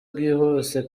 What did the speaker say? bwihuse